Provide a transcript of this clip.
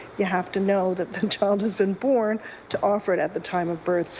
you have to know the child has been born to offer it at the time of birth.